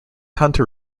hunter